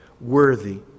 worthy